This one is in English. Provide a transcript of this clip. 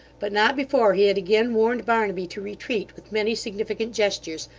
but not before he had again warned barnaby to retreat, with many significant gestures,